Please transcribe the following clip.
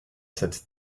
cette